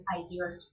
ideas